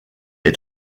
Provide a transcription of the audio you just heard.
est